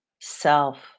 self